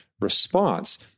response